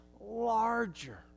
larger